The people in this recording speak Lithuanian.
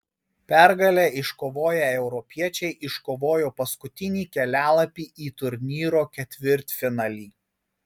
pergalę iškovoję europiečiai iškovojo paskutinį kelialapį į turnyro ketvirtfinalį